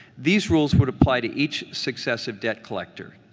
these rules would apply to each successive debt collector.